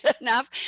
enough